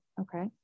okay